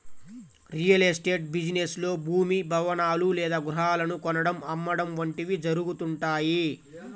real estate business లో భూమి, భవనాలు లేదా గృహాలను కొనడం, అమ్మడం వంటివి జరుగుతుంటాయి